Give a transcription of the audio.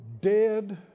dead